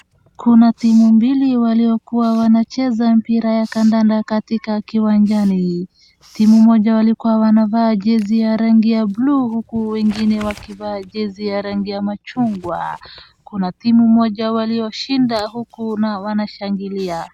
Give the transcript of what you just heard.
Kuna timu mbili waliokuwa wanacheza mipira ya kadada katika kiwanjani. Timu moja walikuwa wanavaa jezi ya rangi ya buluu uku wengine wakivaa jezi ya rangi ya machungwa. Kuna timu moja walioshinda uku na wanashangilia.